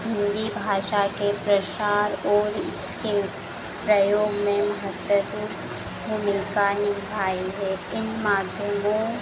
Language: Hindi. हिन्दी भाषा के प्रसार और इसके प्रयोग में महत्वपूर्ण भूमिका निभाई है इन माध्यमों